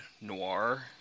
noir